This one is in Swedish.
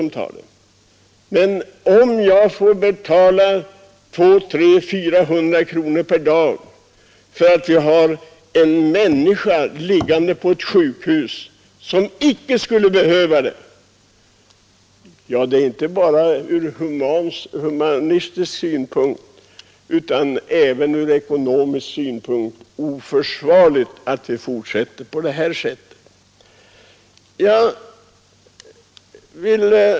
Vi får i dag betala 200-400 kronor per dag och person för att ha människor som icke skulle behöva det liggande på sjukhus. Det är inte bara ur humanitär utan även ur ekonomisk synpunkt oförsvarligt att det fortsätter på detta sätt.